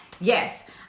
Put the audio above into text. yes